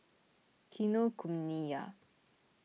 Kinokuniya